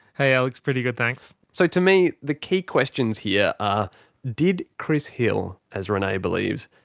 hey alex, pretty good thanks. so. to me, the key questions here, are did chris hill, as renay believes,